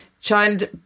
child